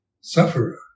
sufferer